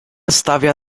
stawia